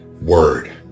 word